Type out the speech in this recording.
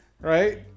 Right